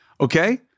okay